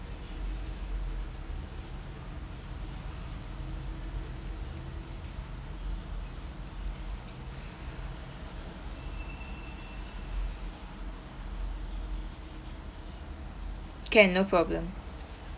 can no problem